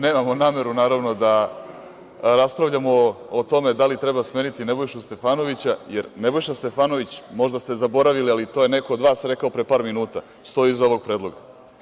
Nemamo nameru da raspravljamo o tome da li treba smeniti Nebojšu Stefanovića, jer Nebojša Stefanović, možda ste zaboravili, to je neko od vas rekao pre par minuta, stoji iza ovog predloga.